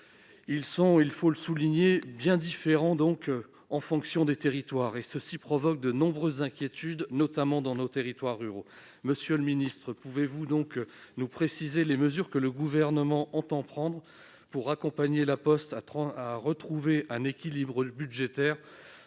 les bureaux de poste sont bien différents en fonction des territoires, ce qui provoque de nombreuses inquiétudes, notamment dans nos territoires ruraux. Monsieur le secrétaire d'État, pouvez-vous nous préciser les mesures que le Gouvernement entend prendre pour accompagner La Poste, afin de retrouver un équilibre budgétaire